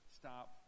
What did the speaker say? stop